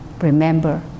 Remember